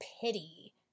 pity